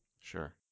Sure